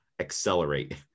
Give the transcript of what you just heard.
accelerate